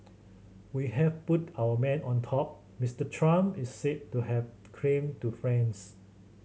we have put our man on top Mister Trump is said to have claimed to friends